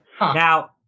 Now